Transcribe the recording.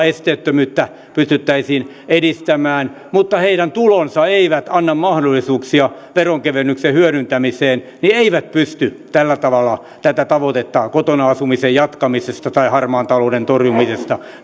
esteettömyyttä pystyttäisiin edistämään mutta joiden tulot eivät anna mahdollisuuksia veronkevennyksen hyödyntämiseen eivät pysty tällä tavalla tätä tavoitetta kotona asumisen jatkamisesta tai harmaan talouden torjumisesta